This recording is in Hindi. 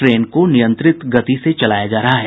ट्रेन को नियंत्रित गति से चलाया जा रहा है